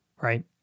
Right